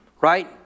right